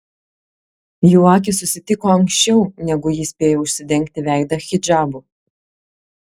jų akys susitiko anksčiau negu ji spėjo užsidengti veidą hidžabu